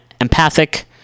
empathic